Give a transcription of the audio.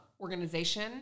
organization